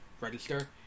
register